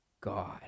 God